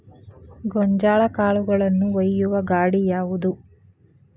ಗೋಂಜಾಳ ಕಾಳುಗಳನ್ನು ಒಯ್ಯುವ ಗಾಡಿ ಯಾವದು?